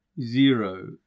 zero